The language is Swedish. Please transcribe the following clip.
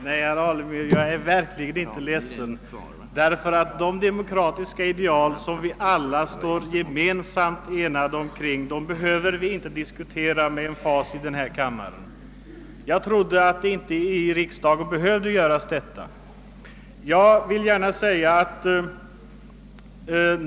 Herr talman! Nej, herr Alemyr, jag är verkligen inte ledsen, ty de demokratiska ideal som vi alla står enade omkring behöver vi inte med emfas diskutera i denna kammare.